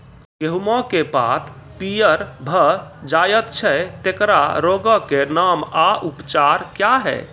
गेहूँमक पात पीअर भअ जायत छै, तेकरा रोगऽक नाम आ उपचार क्या है?